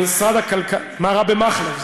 חבר הכנסת, מה רק במכלב?